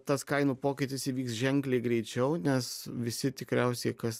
tas kainų pokytis įvyks ženkliai greičiau nes visi tikriausiai kas